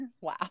Wow